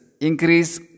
increase